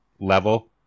level